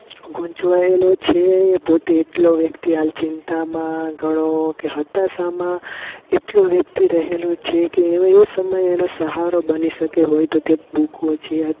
ગુંચવાએલો છે એ પોતે વ્યક્તિ હાલ ચિંતામાં ઘણો કે હતાશામાં એટલો વ્યક્તિ રહેલો છે કે એવે એ સમયે એનો સહારો બની શકે હોય તો તે બુક ઓછી યાદ